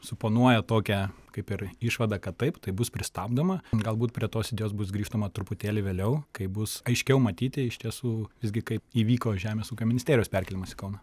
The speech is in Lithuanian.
suponuoja tokią kaip ir išvadą kad taip tai bus pristabdoma galbūt prie tos idėjos bus grįžtama truputėlį vėliau kai bus aiškiau matyti iš tiesų visgi kaip įvyko žemės ūkio ministerijos perkėlimas į kauną